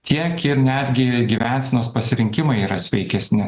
tiek ir netgi gyvensenos pasirinkimai yra sveikesni